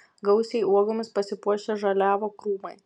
gausiai uogomis pasipuošę žaliavo krūmai